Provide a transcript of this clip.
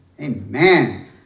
amen